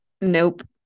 Nope